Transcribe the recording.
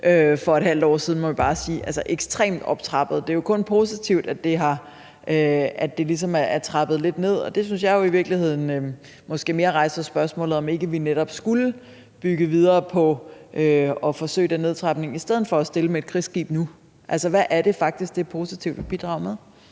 for et halvt år siden, må vi bare sige, altså ekstremt optrappet. Det er jo kun positivt, at det ligesom er trappet lidt ned, og det synes jeg jo i virkeligheden måske mere rejser spørgsmålet, om ikke vi netop skulle bygge videre på at forsøge den nedtrapning i stedet for at stille med et krigsskib nu. Altså, hvad er det faktisk, der er positivt ved det,